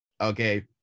Okay